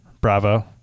Bravo